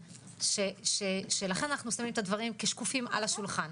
לכן אנו שמים את הדברים על השולחן.